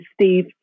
Steve